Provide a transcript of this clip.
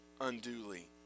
unduly